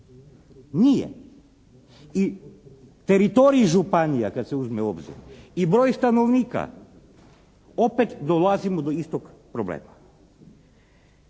Nije. I teritoriji županija kad se uzme u obzir i broj stanovnika opet dolazimo do istog problema.